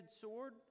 sword